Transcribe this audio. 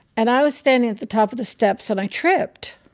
and i was standing at the top of the steps, and i tripped,